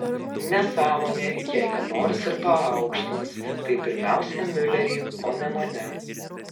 nesąmonė jei ką nors ir paaukštins tai pirmiausia miulerį o ne mane